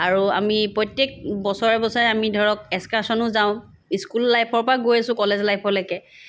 আৰু আমি প্ৰত্যেক বছৰে বছৰে আমি ধৰক এক্সকাৰ্ছনো যাওঁ স্কুল লাইফৰ পৰা গৈ আছো কলেজ লাইফলৈকে